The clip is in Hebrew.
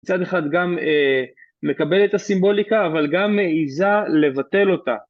מצד אחד גם מקבל את הסימבוליקה, אבל גם מעיזה לבטל אותה.